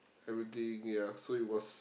everything ya so it was